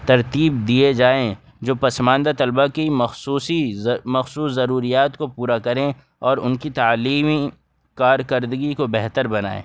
ترتیب دیے جائیں جو پسماندہ طلبہ کی مخصوصی مخصوص ضروریات کو پورا کریں اور ان کی تعلیمی کارکردگی کو بہتر بنائیں